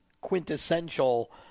quintessential